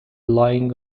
lying